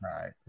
Right